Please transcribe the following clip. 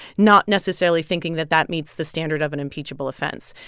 not necessarily thinking that that meets the standard of an impeachable offense.